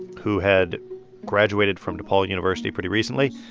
who had graduated from depaul university pretty recently,